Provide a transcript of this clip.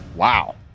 Wow